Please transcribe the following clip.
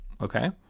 Okay